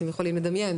אתם יכולים רק לדמיין